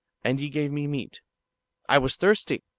and ye gave me meat i was thirsty,